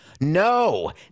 No